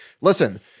Listen